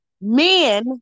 men